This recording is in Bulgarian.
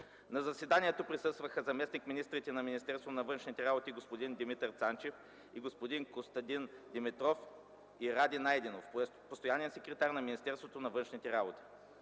На заседанието присъстваха заместник-министрите на Министерството на външните работи господин Димитър Цанчев и господин Костадин Димитров, и Ради Найденов – постоянен секретар на Министерството на външните работи.